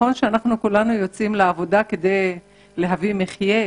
כולנו יוצאים לעבודה כדי להביא מחייה